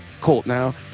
Coltnow